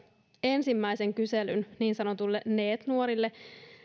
ensimmäisen kyselyn niin sanotuille neet nuorille